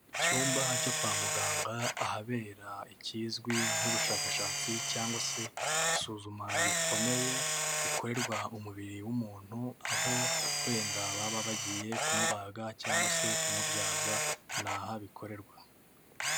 Icyumba cyo kwa muganga ahabera ikizwi nk'ubushakashatsi cyangwa se isuzuma rikomeye, rikorerwa umubiri w'umuntu, aho wenda baba bagiye ku mubaga cyangwa se ku mubyaza, ni aha bikorerwa.